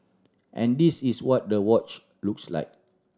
and this is what the watch looks like